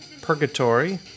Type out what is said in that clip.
purgatory